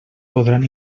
podran